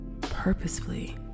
purposefully